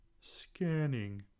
Scanning